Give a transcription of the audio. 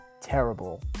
terrible